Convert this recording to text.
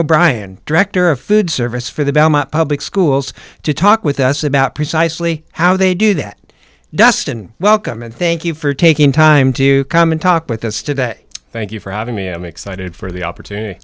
o'brien director of food service for the public schools to talk with us about precisely how they do that dust and welcome and thank you for taking time to come and talk with us today thank you for having me i'm excited for the opportunity